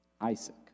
Isaac